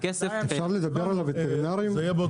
בעוד